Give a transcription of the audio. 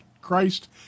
Christ